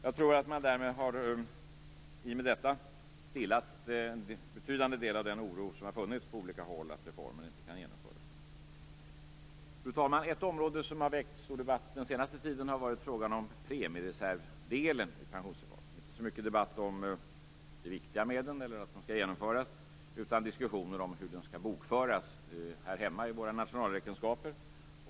Jag tror att man i och med detta har stillat en betydande del av den oro som har funnits på olika håll över att reformen inte skulle kunna genomföras. Fru talman! Ett område som har väckt stor debatt den senaste tiden gäller frågan om premiereservdelen i pensionsreformen. Det har inte varit så mycket debatt om det viktiga med den eller att den skall genomföras, utan diskussionen har gällt hur den skall bokföras här hemma i våra nationalräkenskaper.